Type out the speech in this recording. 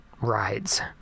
rides